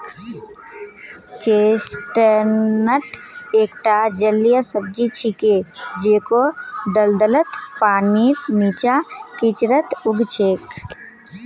chestnut एकता जलीय सब्जी छिके जेको दलदलत, पानीर नीचा, कीचड़त उग छेक